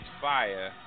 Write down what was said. fire